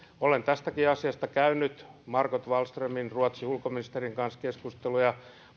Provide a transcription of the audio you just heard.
olen tästäkin asiasta käynyt margot wallströmin ruotsin ulkoministerin kanssa keskusteluja